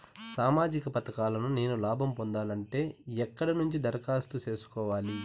సామాజిక పథకాలను నేను లాభం పొందాలంటే ఎక్కడ నుంచి దరఖాస్తు సేసుకోవాలి?